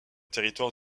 territoire